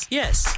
yes